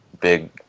big